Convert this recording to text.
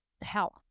help